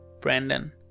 Brandon